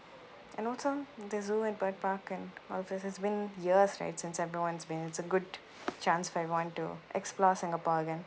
and also the zoo and bird park and all these has been years right since everyone's been it's a good chance for everyone to explore singapore again